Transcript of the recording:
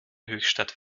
höchstadt